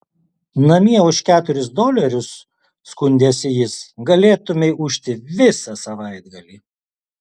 namie už keturis dolerius skundėsi jis galėtumei ūžti visą savaitgalį